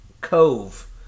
cove